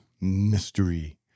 Mystery